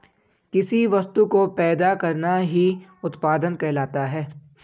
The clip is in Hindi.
किसी वस्तु को पैदा करना ही उत्पादन कहलाता है